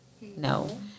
no